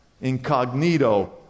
incognito